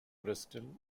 bristol